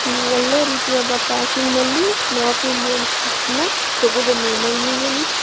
ಒಳ್ಳೆ ರೀತಿಯಾದ ಪ್ಯಾಕಿಂಗ್ನಲ್ಲಿ ನಾರ್ತ್ ಇಂಡಿಯನ್ ಫುಡ್ಸ್ನ ತೊಗೊಂಡ್ಬನ್ನಿ ನಾವು